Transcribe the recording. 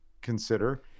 consider